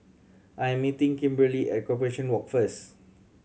I am meeting Kimberli at Corporation Walk first